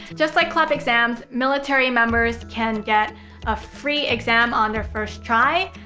just like clep exams, military members can get a free exam on their first try.